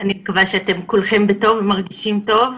אני מקווה שאתם כולכם מרגישים טוב.